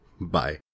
Bye